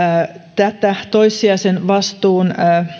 tätä toissijaisen vastuun